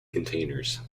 containers